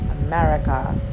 America